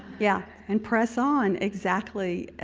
yeah, and press on, exactly!